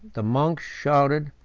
the monks shouted,